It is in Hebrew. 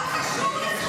זה לא קשור לזכויות נשים.